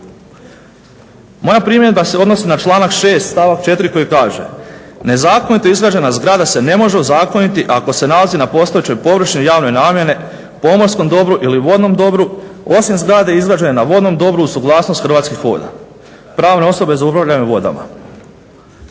Moja primjedba se odnosi na članak 6. stavak 4. koji kaže: "Nezakonito izgrađena zgrada se ne može ozakoniti ako se nalazi na postojećoj površini javne namjene, pomorskom dobru ili vodnom dobru osim zgrade izgrađene na vodnom dobru uz suglasnost Hrvatskih voda, pravne osobe za upravljanje vodama."